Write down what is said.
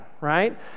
right